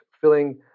feeling